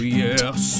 yes